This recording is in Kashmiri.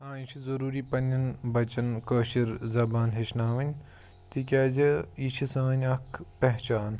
آ یہِ چھِ ضروٗری پَننیٚن بَچَن کٲشِر زَبان ہیٚچھناوٕنۍ تِکیازِ یہِ چھِ سٲنۍ اَکھ پہچان